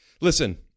Listen